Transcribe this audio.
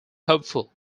hopeful